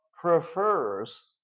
prefers